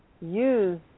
use